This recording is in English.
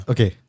Okay